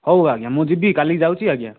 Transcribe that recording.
ହଉ ଆଜ୍ଞା ମୁଁ ଯିବି କାଲିକି ଯାଉଛି ଆଜ୍ଞା